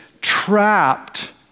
trapped